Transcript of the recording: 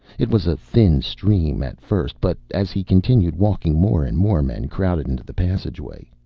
it was a thin stream at first but as he continued walking, more and more men crowded into the passageway.